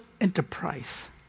enterprise